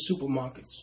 supermarkets